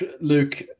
Luke